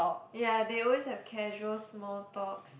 ya they always have casual small talks